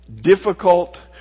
difficult